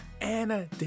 Anna